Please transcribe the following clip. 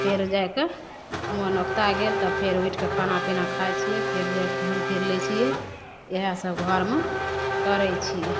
फेर जाइके मोन अगुता गेल तब फेर उठिके खाना पीना खाइ छियै फेर जाइ घुमि फिर लै छियै इहे सब घरमे करय छियै